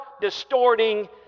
distorting